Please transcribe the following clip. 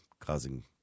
causing